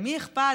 למי אכפת?